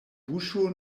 buŝo